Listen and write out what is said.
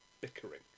bickering